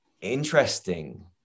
interesting